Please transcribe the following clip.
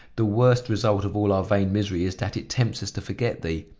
the worst result of all our vain misery is that it tempts us to forget thee.